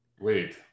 Wait